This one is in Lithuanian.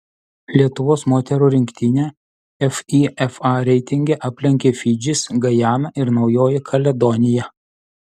lietuvos moterų rinktinę fifa reitinge aplenkė fidžis gajana ir naujoji kaledonija